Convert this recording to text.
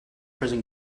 prison